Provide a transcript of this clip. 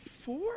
four